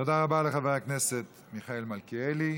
תודה רבה לחבר הכנסת מיכאל מלכיאלי.